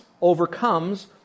overcomes